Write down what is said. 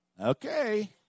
Okay